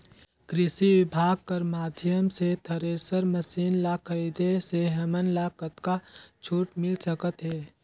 कृषि विभाग कर माध्यम से थरेसर मशीन ला खरीदे से हमन ला कतका छूट मिल सकत हे?